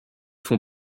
font